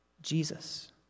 jesus